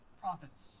prophets